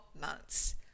months